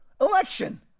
election